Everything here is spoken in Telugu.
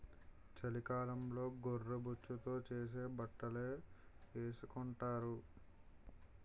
చలికాలంలో గొర్రె బొచ్చుతో చేసే బట్టలే ఏసుకొంటారు